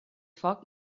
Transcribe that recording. foc